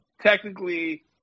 technically